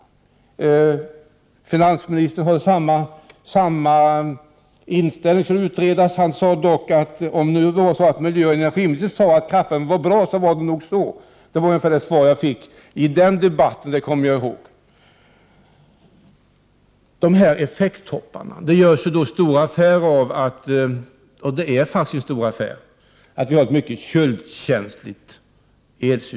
Finansministern har samma inställning: frågan skall utredas. Han sade dock att om det nu var så att miljöoch energiministern tyckte att kraftvärmen var bra, var det nog på det sättet. Det var ungefär det svar jag fick, det kommer jag ihåg. Det görs stor affär av att vi har ett mycket köldkänsligt elsystem som leder till effekttoppar.